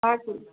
हजुर